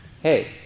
hey